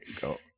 go